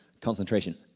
Concentration